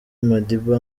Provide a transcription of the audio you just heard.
madiba